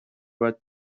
باید